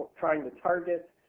trying to target,